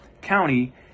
County